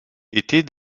était